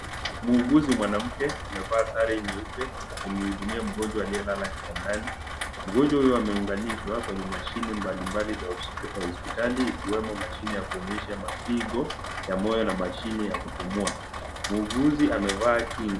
Muuguzi mwanamke amevaa sare nyeupe akimhudumia mgonjwa aliye lala kitandani. Mgonjwa huyo ameunganishwa kwenye mashine mbalimbali za hospitali ikiwemo mashine ya kuonyesha mapigo ya moyo na mashine ya kupumua. Muuguzi amevaa kinga.